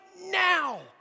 now